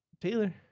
Taylor